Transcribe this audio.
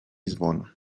zvon